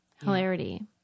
hilarity